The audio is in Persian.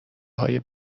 های